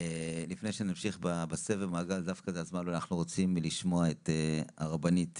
לפני שנמשיך בסבב, אנחנו רוצים לשמוע את הרבנית